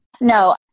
No